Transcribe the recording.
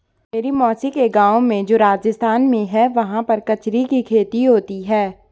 मेरी मौसी के गाँव में जो राजस्थान में है वहाँ पर कचरी की खेती होती है